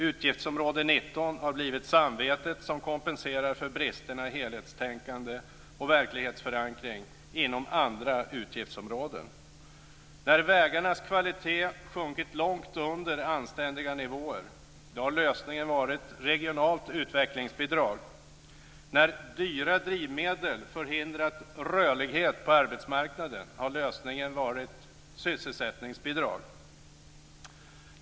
Utgiftsområde 19 har blivit samvetet som kompenserar för bristerna i helhetstänkande och verklighetsförankring inom andra utgiftsområden. När vägarnas kvalitet sjunkit långt under anständiga nivåer har lösningen varit regionalt utvecklingsbidrag. När dyra drivmedel förhindrat rörlighet på arbetsmarknaden har lösningen varit sysselsättningsbidrag.